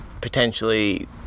potentially